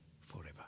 forever